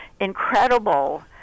incredible